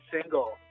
single